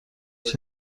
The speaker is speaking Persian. هیچ